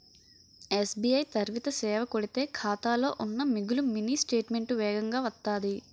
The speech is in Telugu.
ఎస్.బి.ఐ త్వరిత సేవ కొడితే ఖాతాలో ఉన్న మిగులు మినీ స్టేట్మెంటు వేగంగా వత్తాది